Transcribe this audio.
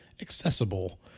accessible